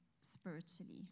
spiritually